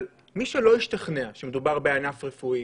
אבל אם מישהו לא השתכנע שמדובר בענף רפואי,